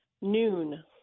Noon